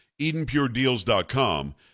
EdenPureDeals.com